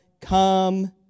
come